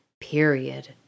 period